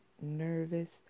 nervous